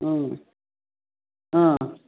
ಹ್ಞೂ ಹಾಂ